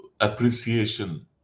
appreciation